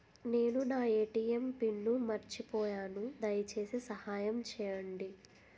నేను నా ATM pin మర్చిపోయాను, దయచేసి సహాయం చేయండి